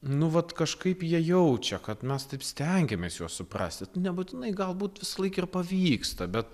nu vat kažkaip jie jaučia kad mes taip stengiamės juos suprasti nebūtinai galbūt visą laik ir pavyksta bet